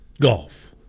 golf